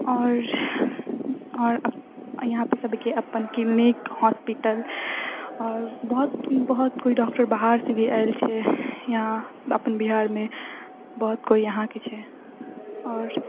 आओर आओर यहाँ पे सबके अपन क्लिनिक हॉस्पिटल आओर बहुत बहुत केओ डॉक्टर बाहर से भी आएल छै यहाँ अपन बिहारमे बहुत कोइ यहाँके छै आओर